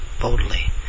boldly